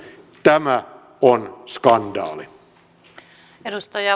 tämä on skandaali